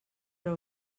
però